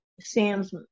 Sam's